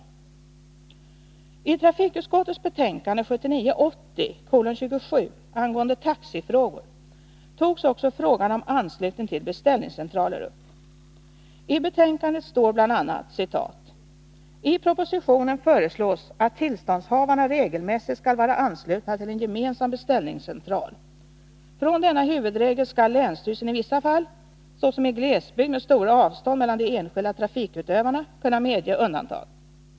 Den frågan behandlades också i trafikutskottets betänkande 1979/80:27, och utskottet skrev då bl.a.: ”I propositionen föreslås att tillståndshavarna regelmässigt skall vara anslutna till en gemensam beställningscentral. Från denna huvudregel skall länsstyrelsen i vissa fall — såsom i glesbygd med stora avstånd mellan de enskilda trafikutövarna — kunna medge undantag.